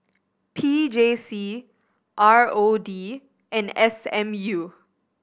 P J C R O D and S M U